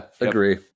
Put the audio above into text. agree